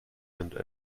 and